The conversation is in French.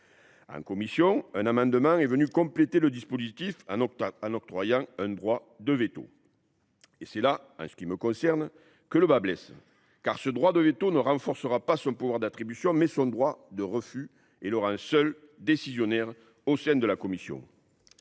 en commission est venu compléter le dispositif en octroyant au maire un droit de veto ; et c’est là, pour ce qui me concerne, que le bât blesse. En effet, ce droit de veto renforce non pas son pouvoir d’attribution, mais son droit de refus, et le rend seul décisionnaire au sein de la commission.